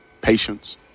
patience